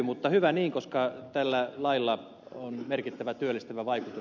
mutta hyvä niin koska tällä lailla on merkittävä työllistävä vaikutus